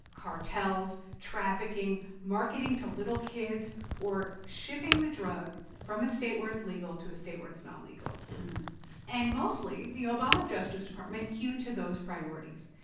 cartels, trafficking, marketing to little kids or shipping the drug from a state where it's legal to a state where it's not legal and mostly, the obama justice department hewed to those priorities.